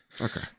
okay